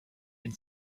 and